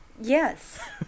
Yes